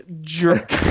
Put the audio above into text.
jerk